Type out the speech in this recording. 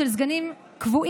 ועל שניהם מוצעות פשרות,